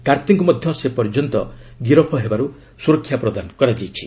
କାର୍ତ୍ତିଙ୍କୁ ମଧ୍ୟ ସେ ପର୍ଯ୍ୟନ୍ତ ଗିରଫ ହେବାରୁ ସୁରକ୍ଷା ପ୍ରଦାନ କରାଯାଇଛି